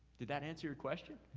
did that answer your question?